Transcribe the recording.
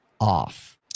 off